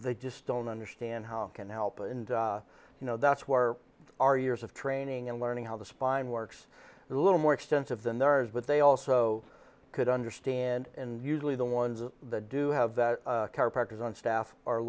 they just don't understand how can help and you know that's where our years of training and learning how the spine works a little more extensive than theirs but they also could understand and usually the ones that do have that chiropractors on staff are a